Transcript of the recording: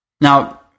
Now